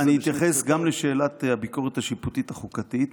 אני אתייחס גם לשאלת הביקורת השיפוטית-החוקתית.